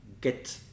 get